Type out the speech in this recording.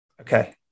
Okay